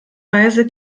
weise